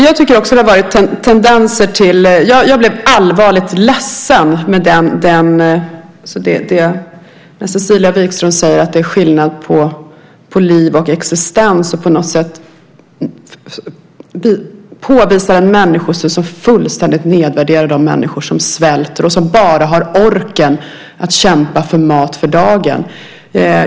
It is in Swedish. Fru talman! Jag blir allvarligt ledsen när Cecilia Wikström säger att det är skillnad på liv och existens och på något sätt påvisar en människosyn som fullständigt nedvärderar de människor som svälter och som bara har orken att kämpa för mat för dagen.